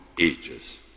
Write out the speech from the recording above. ages